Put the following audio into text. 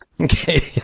Okay